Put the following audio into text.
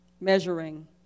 measuring